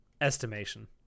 Estimation